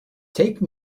take